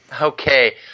Okay